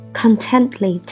contently